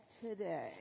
today